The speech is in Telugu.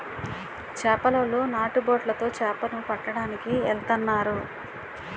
చేపలోలు నాటు బొట్లు తో చేపల ను పట్టడానికి ఎల్తన్నారు